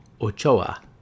Ochoa